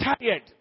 tired